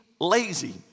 lazy